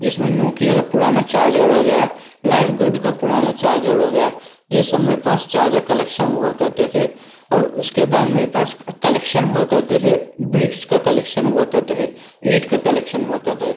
जिसमें नोकिया का पुराना चार्जर हो गया लाइफ़ गुड का पुराना चार्जर हो गया ये सब मेरे पास चार्जर कलेक्शन हुआ करते थे और उसके बाद मेरे पास कलेक्शन हुआ करते थे ब्रिक्स का कलेक्शन हुआ करते थे ईंट का कलेक्शन हुआ करते